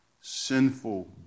sinful